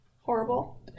horrible